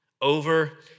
Over